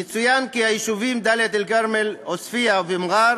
יצוין כי היישובים דאלית-אלכרמל, עוספיא ומע'אר